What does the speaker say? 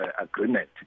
agreement